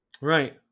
Right